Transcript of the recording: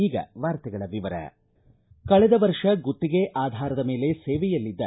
ಈಗ ವಾರ್ತೆಗಳ ವಿವರ ಕಳೆದ ವರ್ಷ ಗುತ್ತಿಗೆ ಆಧಾರದ ಮೇಲೆ ಸೇವೆಯಲ್ಲಿದ್ದ